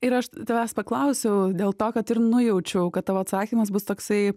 ir aš tavęs paklausiau dėl to kad ir nujaučiau kad tavo atsakymas bus toksai